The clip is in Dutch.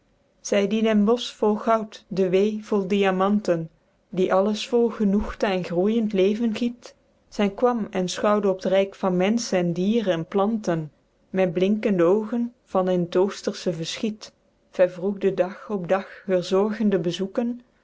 zy die den bosch vol goud de wee vol diamanten die alles vol genoegte en groeijend leven giet zy kwam en schouwde op t ryk van mensche en dier en planten met blinkende oogen van in t oostersche verschiet vervroegde dag op dag heur zorgende bezoeken